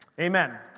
Amen